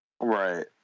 Right